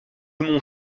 mont